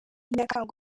nyakanga